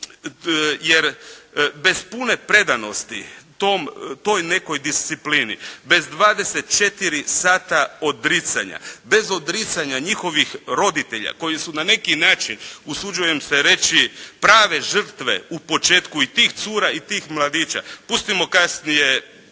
jer bez pune predanosti tom, toj nekoj disciplini, bez 24 sata odricanja, bez odricanja njihovih roditelja koji su na neki način usuđujem se reći prave žrtve u početku i tih cura i tih mladića, pustimo kasnije